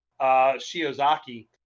Shiozaki